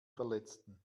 verletzten